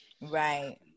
right